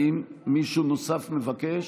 מישהו נוסף מבקש?